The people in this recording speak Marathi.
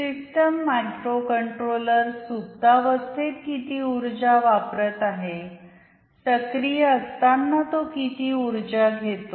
सिस्टम मायक्रोकंट्रोलर सुप्तावस्थेत किती उर्जा वापरत आहे सक्रिय असताना तो किती ऊर्जा घेतो